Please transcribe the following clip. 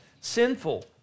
sinful